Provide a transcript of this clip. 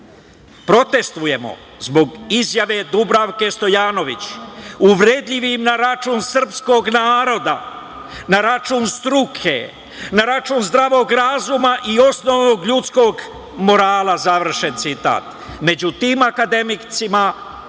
„Protestvujemo zbog izjave Dubravke Stojanović, uvredljivim na račun srpskog naroda, na račun struke, na račun zdravog razuma i osnovnog ljudskog morala“, završen citat. Među tim akademicima